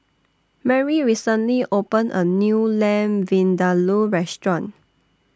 Merry recently opened A New Lamb Vindaloo Restaurant